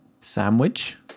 sandwich